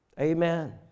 Amen